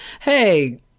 hey